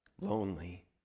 lonely